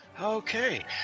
Okay